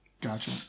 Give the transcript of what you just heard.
Gotcha